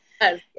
Yes